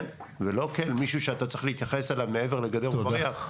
ולא כאל מישהו שאתה צריך להתייחס אליו מעבר לגדר בריח.